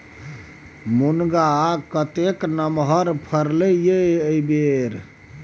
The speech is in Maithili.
मुनगा कतेक नमहर फरलै ये एहिबेर